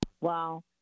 Wow